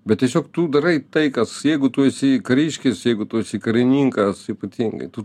bet tiesiog tu darai tai kas jeigu tu esi kariškis jeigu tu esi karininkas ypatingai tu